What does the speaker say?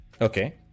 Okay